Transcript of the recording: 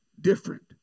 different